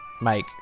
Mike